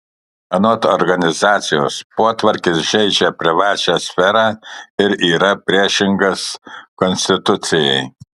anot organizacijos potvarkis žeidžia privačią sferą ir yra priešingas konstitucijai